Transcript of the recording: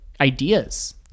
ideas